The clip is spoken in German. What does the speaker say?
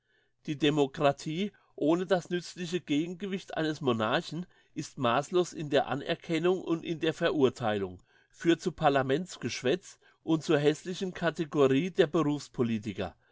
die demokratie ohne das nützliche gegengewicht eines monarchen ist masslos in der anerkennung und in der verurtheilung führt zu parlamentsgeschwätz und zur hässlichen kategorie der